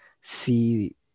see